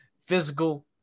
physical